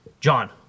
John